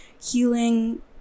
healing